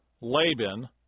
Laban